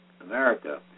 America